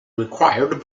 required